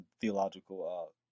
theological